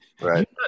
right